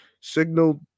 signal